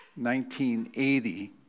1980